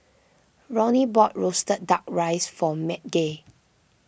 Ronny bought Roasted Duck Rice for Madge